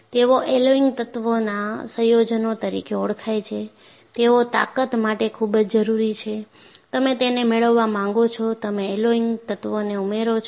તેઓ એલોયિંગ તત્વોના સંયોજનો તરીકે ઓળખાય છે તેઓ તાકાત માટે ખૂબ જ જરૂરી છે તમે તેમને મેળવવા માંગો છો તમે એલોયિંગ તત્વોને ઉમેરો છો